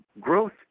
growth